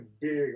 big